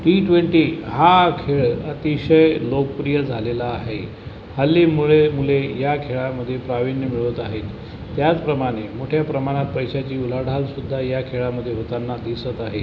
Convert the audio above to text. T twenty हा खेळ अतिशय लोकप्रिय झालेला आहे हल्ली मुळे मुले या खेळामध्ये प्राविण्य मिळवत आहेत त्याचप्रमाणे मोठ्या प्रमाणात पैशाची उलाढालसुद्धा या खेळामध्ये होताना दिसत आहे